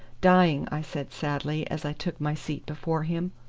dying, i said sadly, as i took my seat before him.